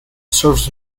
serves